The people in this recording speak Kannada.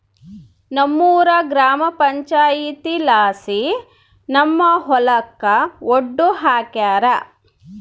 ನಮ್ಮೂರ ಗ್ರಾಮ ಪಂಚಾಯಿತಿಲಾಸಿ ನಮ್ಮ ಹೊಲಕ ಒಡ್ಡು ಹಾಕ್ಸ್ಯಾರ